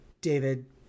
David